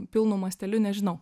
pilnu masteliu nežinau